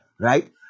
right